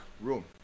room